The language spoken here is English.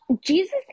Jesus